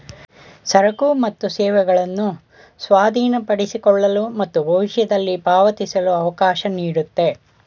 ಸರಕು ಮತ್ತು ಸೇವೆಗಳನ್ನು ಸ್ವಾಧೀನಪಡಿಸಿಕೊಳ್ಳಲು ಮತ್ತು ಭವಿಷ್ಯದಲ್ಲಿ ಪಾವತಿಸಲು ಅವಕಾಶ ನೀಡುತ್ತೆ